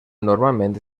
normalment